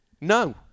No